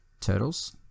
Turtles